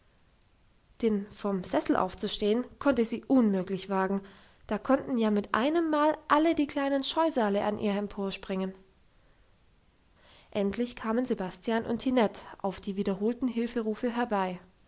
denn vom sessel aufzustehen konnte sie unmöglich wagen da konnten ja mit einem mal alle die kleinen scheusale an ihr emporspringen endlich kamen sebastian und tinette auf die wiederholten hilferufe herbei